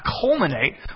culminate